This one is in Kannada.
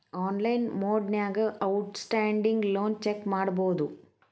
ಆನ್ಲೈನ್ ಮೊಡ್ನ್ಯಾಗ ಔಟ್ಸ್ಟ್ಯಾಂಡಿಂಗ್ ಲೋನ್ ಚೆಕ್ ಮಾಡಬೋದು